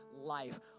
life